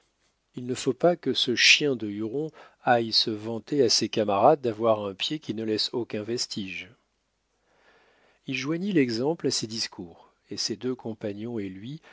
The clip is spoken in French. il ne faut pas que ce chien de huron aille se vanter à ses camarades d'avoir un pied qui ne laisse aucun vestige il joignit l'exemple à ses discours et ses deux compagnons et lui